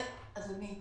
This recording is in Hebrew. אדוני,